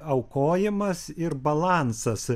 aukojimas ir balansas